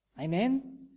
Amen